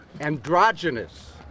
androgynous